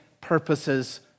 purposes